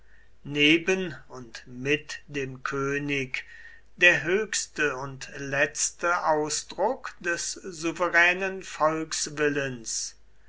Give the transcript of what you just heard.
neben und mit dem könig der höchste und letzte ausdruck des souveränen volkswillens